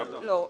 לא,